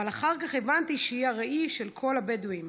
אבל אחר כך הבנתי שהיא הראי של כל הבדואים,